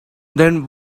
then